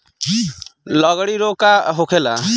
लगड़ी रोग का होखेला?